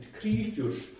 creatures